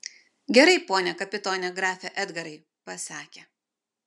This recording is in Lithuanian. gerai pone kapitone grafe edgarai pasakė